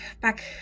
back